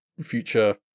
future